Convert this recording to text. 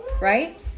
Right